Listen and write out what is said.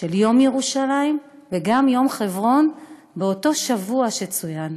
של יום ירושלים, וגם יום חברון, באותו שבוע שצוין.